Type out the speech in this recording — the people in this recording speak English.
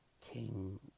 came